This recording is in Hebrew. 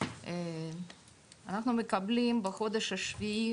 אנחנו מקבלים בחודש השביעי,